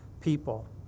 people